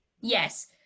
Yes